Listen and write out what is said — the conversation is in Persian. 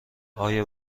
آیا